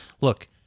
look